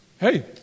Hey